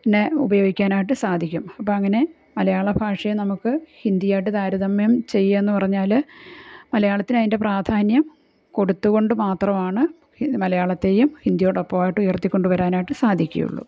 നെ ഉപയോഗിക്കാനായിട്ട് സാധിക്കും അപ്പം അങ്ങനെ മലയാളഭാഷയെ നമുക്ക് ഹിന്ദി ആയിട്ട് താരതമ്യം ചെയ്യുകാന്ന് പറഞ്ഞാല് മലയാളത്തിന് അതിൻ്റെ പ്രാധാന്യം കൊടുത്തുകൊണ്ട് മാത്രമാണ് ഹി മലയാളത്തെയും ഹിന്ദിയോടൊപ്പമായിട്ട് ഉയർത്തി കൊണ്ടുവരാനായിട്ട് സാധിക്കുകയുള്ളൂ